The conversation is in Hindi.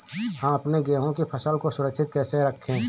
हम अपने गेहूँ की फसल को सुरक्षित कैसे रखें?